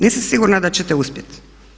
Nisam sigurna da ćete uspjeti.